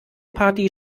party